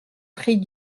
prie